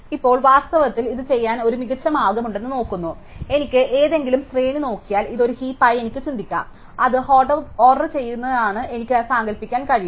ഇപ്പോൾ വാസ്തവത്തിൽ ഇത് ചെയ്യാൻ ഒരു മികച്ച മാർഗമുണ്ടെന്ന് തോന്നുന്നു അതിനാൽ എനിക്ക് ഏതെങ്കിലും ശ്രേണി നോക്കിയാൽ ഇത് ഒരു ഹീപായി എനിക്ക് ചിന്തിക്കാം അത് ഓർഡർ ചെയ്യപ്പെട്ടതാണെന്ന് എനിക്ക് സങ്കൽപ്പിക്കാൻ കഴിയും